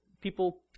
People